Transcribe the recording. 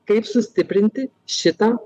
kaip sustiprinti šitą